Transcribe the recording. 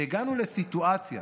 שהגענו לסיטואציה